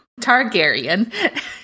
Targaryen